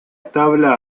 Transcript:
tabla